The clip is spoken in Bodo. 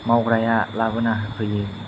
मावग्राया लाबोना होफैयो